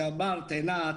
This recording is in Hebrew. עינת,